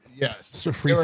Yes